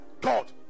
God